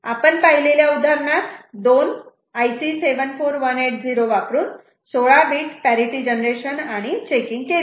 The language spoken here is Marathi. आपण पाहिलेल्या उदाहरणात 2 IC 74180 वापरून 16 बीट पॅरिटि जनरेशन आणि चेकिंग केले